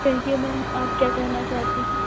कहिए मैम आप क्या कहना चाहती हैं